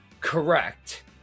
correct